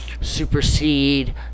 supersede